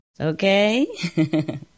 okay